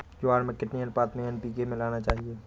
ज्वार में कितनी अनुपात में एन.पी.के मिलाना चाहिए?